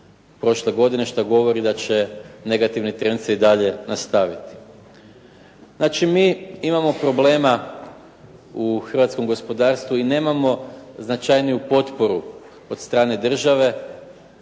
što govori da će negativni trend se i dalje nastaviti. Znači mi imamo problema u hrvatskom gospodarstvu i nemamo značajniju potporu od strane države,